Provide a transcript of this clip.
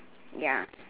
ya